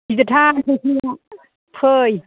गिदिरथार फुख्रिया फै